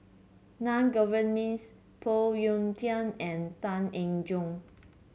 Naa Govindasamy Phoon Yew Tien and Tan Eng Joo